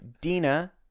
Dina